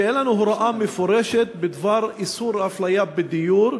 שאין הוראה מפורשת בדבר איסור הפליה בדיור,